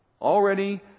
already